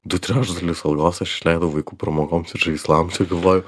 du trečdalius algos aš išleidau vaikų pramogoms ir žaislams tai galvoju